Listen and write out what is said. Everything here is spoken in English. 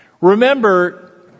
Remember